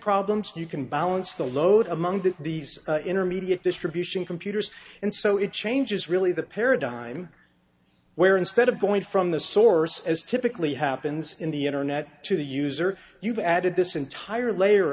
problems you can balance the load among that these intermediate distribution computers and so it changes really the paradigm where instead of going from the source as typically happens in the internet to the user you've added this entire layer